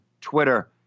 Twitter